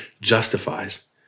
justifies